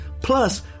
plus